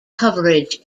coverage